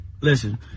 listen